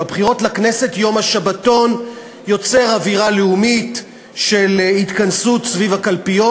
בבחירות לכנסת יום השבתון יוצר אווירה לאומית של התכנסות סביב הקלפיות,